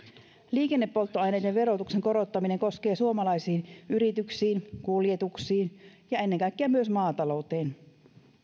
liikennepolttoaineiden verotuksen korottaminen koskee suomalaisiin yrityksiin kuljetuksiin ja ennen kaikkea myös maatalouteen